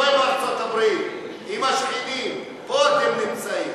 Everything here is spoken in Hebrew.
שלא יהיה בידי איראן נשק גרעיני.